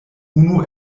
unu